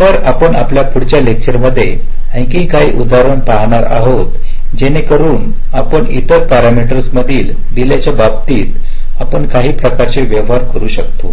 तर आपण आपल्या पुढील लेक्चर मध्ये आणखी काही एक् उधाहरण पाहणार आहोत जेणे करुन आपण इतर पॅरामीटसि मधील डीले च्या बाबतीत आपण काही प्रकारचे व्यवहार कसे करू शकतो